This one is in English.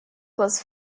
was